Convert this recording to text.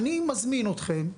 אני מזמין אתכם,